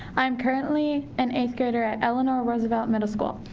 i am currently an eighth grader at eleanor roosevelt middle school.